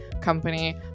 company